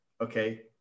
okay